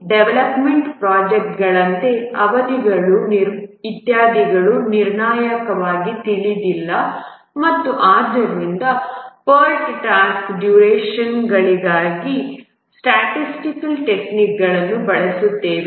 development ಪ್ರೊಜೆಕ್ಟ್ಗಳಂತೆ ಅವಧಿಗಳು ಇತ್ಯಾದಿಗಳು ನಿರ್ಣಾಯಕವಾಗಿ ತಿಳಿದಿಲ್ಲ ಮತ್ತು ಆದ್ದರಿಂದ PERT ಟಾಸ್ಕ್ ಡ್ಯುರೇಷನ್ಗಳಿಗಾಗಿ ಸ್ಟ್ಯಾಟಿಸ್ಟಿಕಲ್ ಟೆಕ್ನಿಕ್ಗಳನ್ನು ಬಳಸುತ್ತದೆ